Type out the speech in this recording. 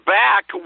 back